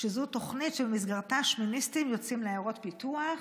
שזו תוכנית שבמסגרתה שמיניסטים יוצאים לעיירות פיתוח,